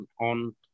on